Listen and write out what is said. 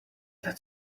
that